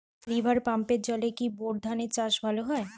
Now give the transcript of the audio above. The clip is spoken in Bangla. রিভার পাম্পের জলে কি বোর ধানের চাষ ভালো হয়?